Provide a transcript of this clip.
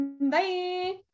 Bye